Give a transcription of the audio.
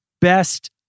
best